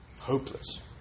Hopeless